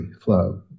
flow